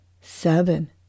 seven